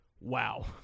wow